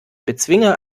bezwinger